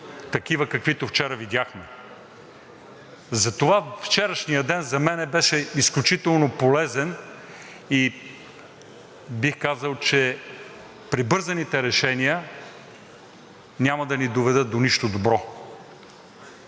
каквито вчера видяхме. Затова вчерашният ден за мен беше изключително полезен и бих казал, че прибързаните решения няма да ни доведат до нищо добро.